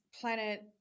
planet